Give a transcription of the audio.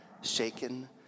shaken